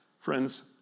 Friends